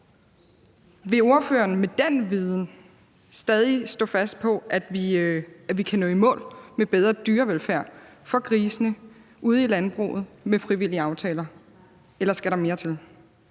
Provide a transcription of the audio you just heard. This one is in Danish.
Vil ordføreren med den viden stadig stå fast på, at vi kan nå i mål med bedre dyrevelfærd for grisene ude i landbruget med frivillige aftaler, eller skal der mere til?